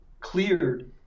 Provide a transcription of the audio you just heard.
cleared